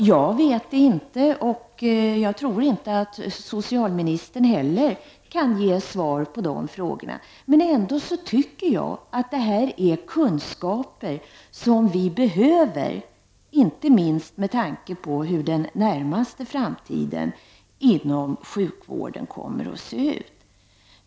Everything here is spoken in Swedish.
Jag vet inte, och jag tror inte att socialministern heller kan ge svar på de frågorna. Men jag tycker ändå att detta är kunskaper som vi behöver, inte minst med tanke på hur den närmaste framtiden inom sjukvården kommer att se ut.